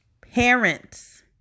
Parents